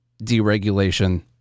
deregulation